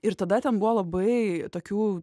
ir tada ten buvo labai tokių